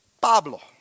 Pablo